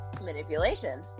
Manipulation